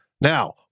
Now